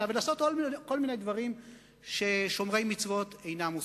ולעשות כל מיני דברים ששומרי מצוות אינם עושים.